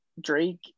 Drake